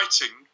writing